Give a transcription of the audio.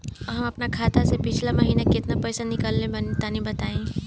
हम आपन खाता से पिछला महीना केतना पईसा निकलने बानि तनि बताईं?